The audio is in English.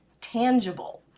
tangible